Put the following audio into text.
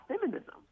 feminism